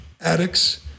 addicts